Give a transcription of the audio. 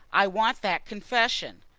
i want that confession.